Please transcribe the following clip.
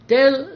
Tell